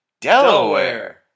Delaware